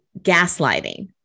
gaslighting